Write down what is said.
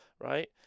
right